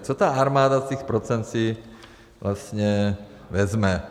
Co ta armáda z těch procent si vlastně vezme?